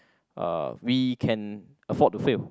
uh we can afford to fail